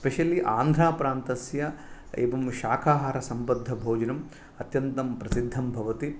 specially आन्ध्राप्रान्तस्य एकं शाकाहारसम्बद्धभोजनम् अत्यन्तं प्रसिद्धं भवति